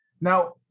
Now